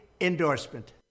endorsement